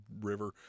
river